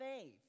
faith